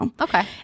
Okay